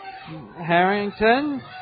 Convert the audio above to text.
harrington